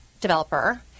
developer